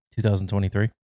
2023